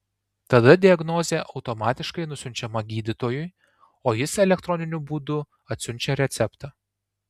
tada diagnozė automatiškai nusiunčiama gydytojui o jis elektroniniu būdu atsiunčia receptą